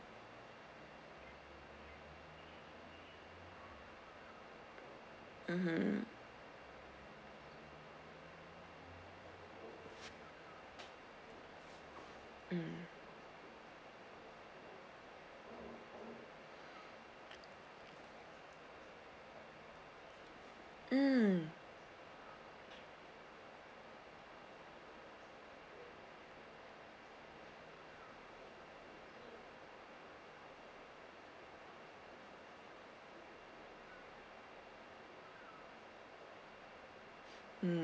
mmhmm mm